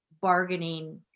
bargaining